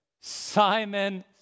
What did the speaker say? Simon